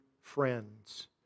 friends